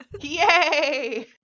Yay